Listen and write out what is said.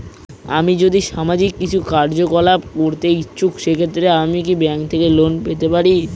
আমি যদি সামাজিক কিছু কার্যকলাপ করতে ইচ্ছুক সেক্ষেত্রে আমি কি ব্যাংক থেকে লোন পেতে পারি?